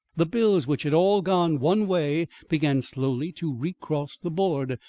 the bills which had all gone one way began slowly to recross the board,